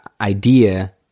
idea